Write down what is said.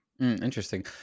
Interesting